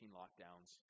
lockdowns